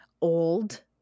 old